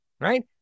right